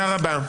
תודה רבה.